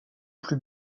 plus